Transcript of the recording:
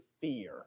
fear